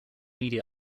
media